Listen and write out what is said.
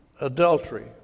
Adultery